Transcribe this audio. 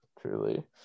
truly